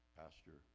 pastor